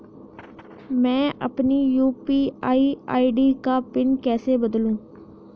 मैं अपनी UPI ID का पिन कैसे बदलूं?